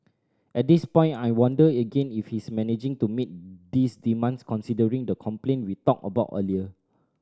at this point I wonder again if he's managing to meet these demands considering the complaint we talked about earlier